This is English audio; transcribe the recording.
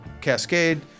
Cascade